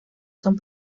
son